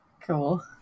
cool